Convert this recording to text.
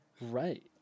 Right